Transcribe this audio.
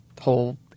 whole